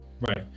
right